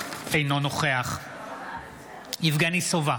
אינו נוכח יבגני סובה,